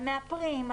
על מאפרים,